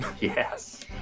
Yes